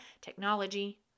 technology